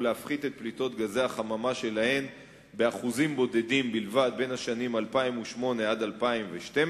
להפחית את פליטות גזי החממה שלהן באחוזים בודדים בלבד בשנים 2008 2012,